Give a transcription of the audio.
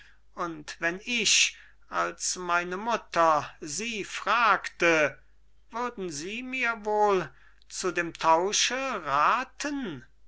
gewissen und wenn ich als meine mutter sie fragte würden sie mir wohl zu dem tausche rathen